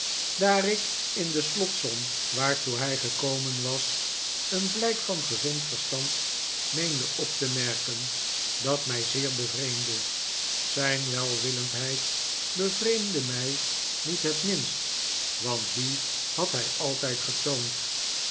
daar ik in de slotsom waartoe hij gekomen was een blijk van gezond verstand meende op te merkeri dat mij zeer bevreemdde zijn welwillendheid bevreemdde mij niet het minst want die had hij altijd getoond